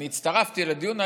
אני הצטרפתי לדיון.